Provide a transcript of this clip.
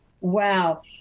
Wow